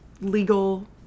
legal